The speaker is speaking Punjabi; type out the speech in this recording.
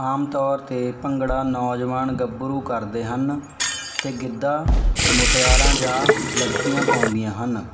ਆਮ ਤੌਰ 'ਤੇ ਭੰਗੜਾ ਨੌਜਵਾਨ ਗੱਭਰੂ ਕਰਦੇ ਹਨ ਅਤੇ ਗਿੱਧਾ ਮੁਟਿਆਰਾਂ ਜਾ ਲੜਕੀਆਂ ਪਾਉਂਦੀਆਂ ਹਨ